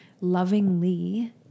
lovingly